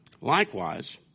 Likewise